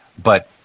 but,